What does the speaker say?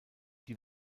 die